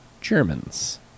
Germans